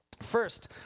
First